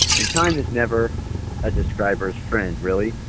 and time is never a describer's friend, really.